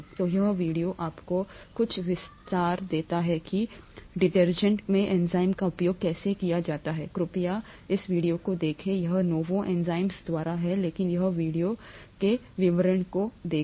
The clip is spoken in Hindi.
तो यह वीडियो आपको कुछ विचार देता है कि डिटर्जेंट में एंजाइम का उपयोग कैसे किया जाता है कृपया लें इस वीडियो को देखें यह novozymes द्वारा है लेकिन उस वीडियो के विवरण को देखें